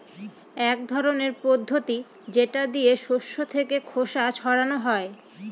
এক ধরনের পদ্ধতি যেটা দিয়ে শস্য থেকে খোসা ছাড়ানো হয়